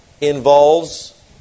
involves